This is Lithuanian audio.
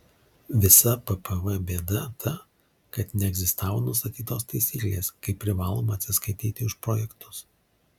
visa ppv bėda ta kad neegzistavo nustatytos taisyklės kaip privaloma atsiskaityti už projektus